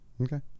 Okay